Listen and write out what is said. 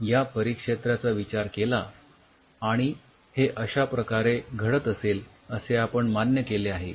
या परिक्षेत्राचा विचार केला आणि हे अश्या प्रकारे घडत असेल असे आपण मान्य केले आहे